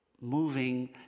moving